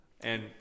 And-